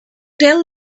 tell